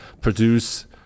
produce